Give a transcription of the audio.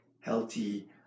Healthy